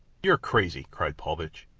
you're crazy, cried paulvitch.